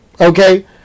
okay